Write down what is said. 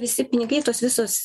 visi pinigai tos visos